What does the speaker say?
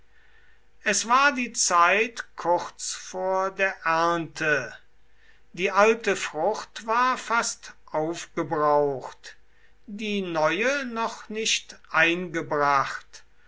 es war die zeit kurz vor der ernte die alte frucht war fast aufgebraucht die neue noch nicht eingebracht